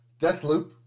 Deathloop